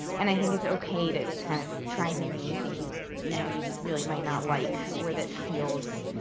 and i think it's ok to, kind of, try something you think you you know you really may not like or that feels